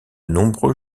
nombreux